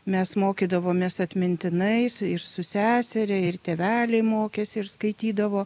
mes mokydavomės atmintinai ir su seseria ir tėveliai mokėsi ir skaitydavo